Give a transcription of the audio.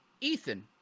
Ethan